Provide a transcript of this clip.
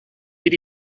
bir